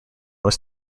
was